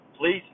please